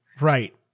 Right